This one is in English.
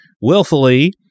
willfully